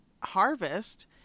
harvest